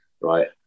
right